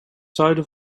zuiden